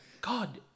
God